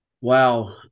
Wow